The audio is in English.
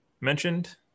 mentioned